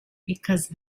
because